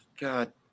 God